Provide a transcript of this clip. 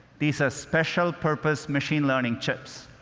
these are special purpose machine learning chips.